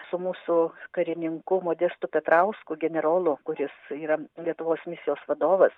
su mūsų karininku modestu petrausku generolu kuris yra lietuvos misijos vadovas